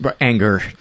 anger